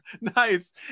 Nice